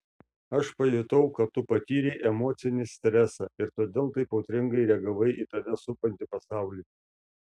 aš pajutau kad tu patyrei emocinį stresą ir todėl taip audringai reagavai į tave supantį pasaulį